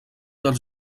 dels